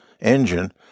engine